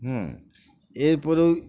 হুম এরপরেও